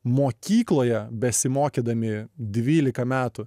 mokykloje besimokydami dvylika metų